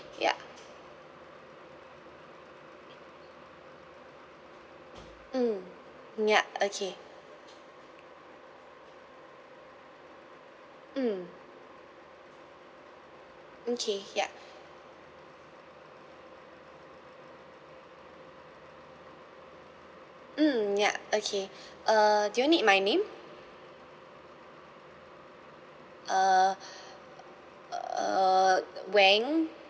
ya mm yup okay mm okay ya mm ya okay uh do you need my name uh uh wang